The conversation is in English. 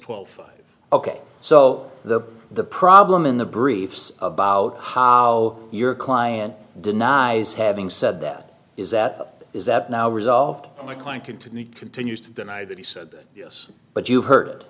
twelve ok so the the problem in the briefs about how your client denies having said that is that is that now resolved my client continued continues to deny that he said yes but you heard it